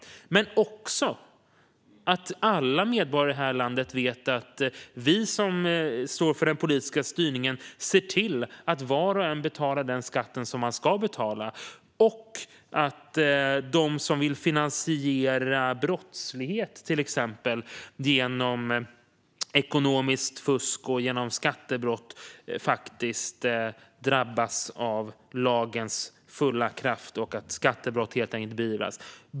Det innebär också att alla medborgare i landet ska veta att vi som står för den politiska styrningen ser till att var och en betalar den skatt som man ska betala och att de som vill finansiera till exempel brottslighet genom ekonomiskt fusk och skattebrott drabbas av lagens fulla kraft. Skattebrott ska helt enkelt beivras.